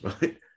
right